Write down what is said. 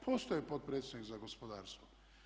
Postoji potpredsjednik za gospodarstvo.